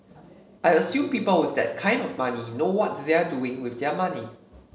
I assume people with that kind of money know what they're doing with their money